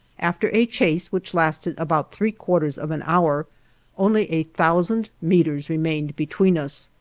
after a chase which lasted about three quarters of an hour only a thousand meters remained between us.